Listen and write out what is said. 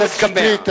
חבר הכנסת שטרית,